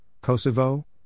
Kosovo